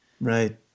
Right